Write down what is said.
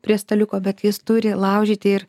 prie staliuko bet jis turi laužyti ir